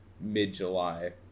mid-July